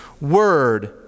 word